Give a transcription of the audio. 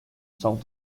solve